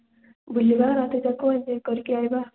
ବୁଲିବା ରାତିଟାକୁ ଏନ୍ଜୟ କରିକି ଆସିବା